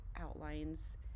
outlines